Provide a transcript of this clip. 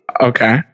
Okay